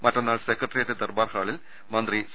മറ്റന്നാൾ സെക്രട്ടേറിയറ്റ് ദർബാർ ഹാളിൽ മന്ത്രി സി